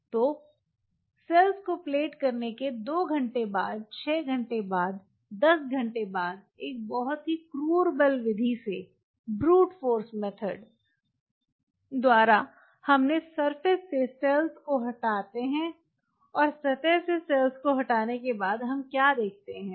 तो सेल्स को प्लेट करने के 2 घंटे के बाद 6 घंटे के बाद 10 घंटे के बाद एक बहुत ही क्रूर बल विधि द्वारा हम सरफेस से सेल को हटाते हैं और सतह से सेल को हटाने के बाद हम क्या देखते हैं